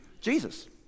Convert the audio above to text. Jesus